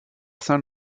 saint